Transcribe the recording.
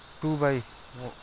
two buy